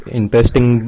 interesting